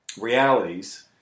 realities